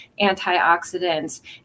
antioxidants